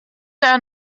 der